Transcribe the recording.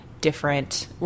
different